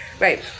Right